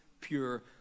pure